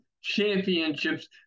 championships